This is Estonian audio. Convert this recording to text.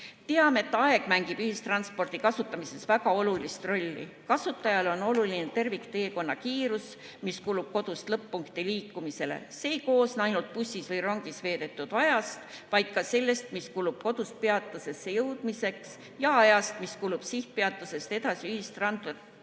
aastas. Teame, et aeg mängib ühistranspordi kasutamises väga olulist rolli. Kasutajal on oluline tervikteekonna kiirus, mis kulub kodust lõpp-punkti liikumisele. See ei koosne ainult bussis või rongis veedetud ajast, vaid ka sellest, mis kulub kodust peatusesse jõudmiseks, ja ajast, mis kulub sihtpeatusest edasi ühistranspordi